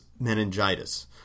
meningitis